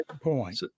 point